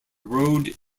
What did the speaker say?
road